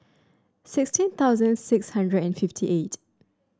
sixteen thousand six hundred and fifty eight